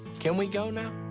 can we go now?